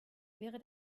wäre